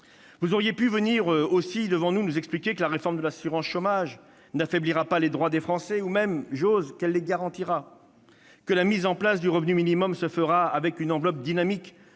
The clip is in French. Vous auriez pu venir nous expliquer que la réforme de l'assurance chômage n'affaiblirait pas les droits des Français ou même- j'ose le dire -qu'elle les garantirait, que la mise en place du revenu minimum se ferait avec une enveloppe dynamique,